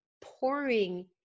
Pouring